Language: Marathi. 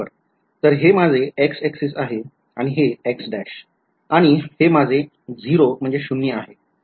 तर हे माझे X AXis आहे आणि हे X आणि हे माझे 0 शून्य आहे